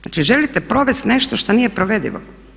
Znači, želite provesti nešto što nije provedivo.